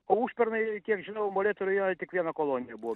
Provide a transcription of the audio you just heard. o užpernai kiek žinau molėtų rajone tik viena kolonija buvo